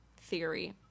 theory